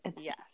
yes